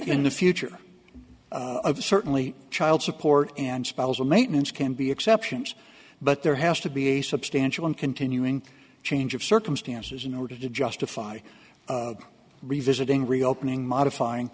in the future of certainly child support and spousal maintenance can be exceptions but there has to be a substantial and continuing change of circumstances in order to justify revisiting reopening modifying